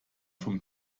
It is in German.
vom